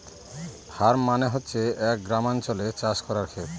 farm মানে হচ্ছে এক গ্রামাঞ্চলে চাষ করার খেত